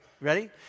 ready